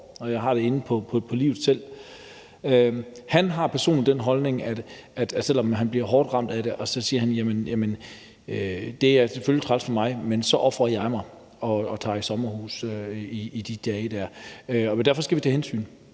og jeg har det selv inde på livet. Han har personligt den holdning, at selv om han bliver hårdt ramt af det, siger han: Det er selvfølgelig træls for mig, men så ofrer jeg mig og tager i sommerhus i de dage. Vi skal tage hensyn,